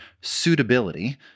suitability